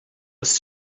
was